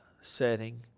setting